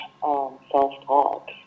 self-talk